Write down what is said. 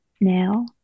now